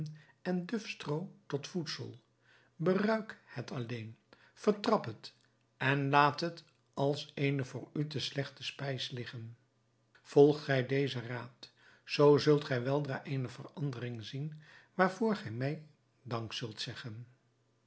en duf stroo tot voedsel beruik het alleen vertrap het en laat het als eene voor u te slechte spijs liggen volgt gij dezen raad zoo zult gij weldra eene verandering zien waarvoor gij mij dank zult zeggen